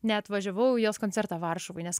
neatvažiavau į jos koncertą varšuvoj nes